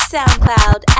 SoundCloud